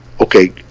okay